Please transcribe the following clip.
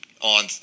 on